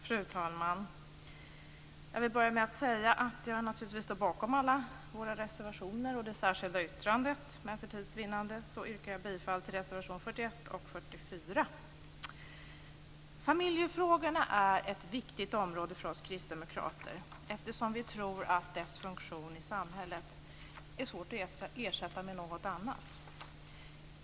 Fru talman! Jag vill börja med att säga att jag naturligtvis står bakom alla våra reservationer och det särskilda yttrandet, men för tids vinnande yrkar jag bifall till reservation 41 och 44. Familjefrågorna är ett viktigt område för oss kristdemokrater, eftersom vi tror att deras funktion i samhället är svår att ersätta med något annat.